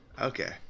okay